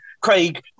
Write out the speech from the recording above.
Craig